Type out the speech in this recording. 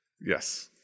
Yes